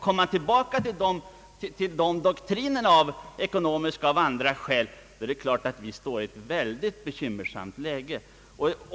Kommer stormakterna tillbaka till de doktrinerna, av ekonomiska och andra skäl, så är det klart att vi står i ett mycket bekymmersamt läge.